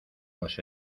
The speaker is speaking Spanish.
los